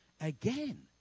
Again